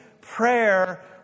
Prayer